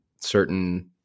certain